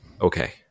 okay